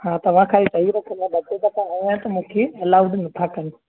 हा तव्हां ख़ाली चयई रखियो मां ॿ टे दफ़ा आयो आहियां त मूंखे अलाउड नथा कनि